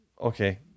Okay